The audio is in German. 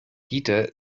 dieter